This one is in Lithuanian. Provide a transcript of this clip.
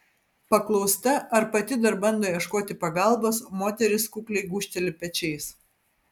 paklausta ar pati dar bando ieškoti pagalbos moteris kukliai gūžteli pečiais